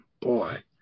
Boy